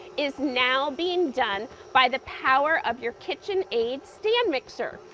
is now being done by the power of your kitchenaid stand mixer.